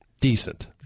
Decent